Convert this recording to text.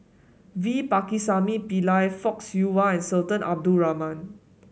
V Pakirisamy Pillai Fock Siew Wah Sultan Abdul Rahman